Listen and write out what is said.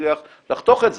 אצליח לחתוך את זה.